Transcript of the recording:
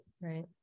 right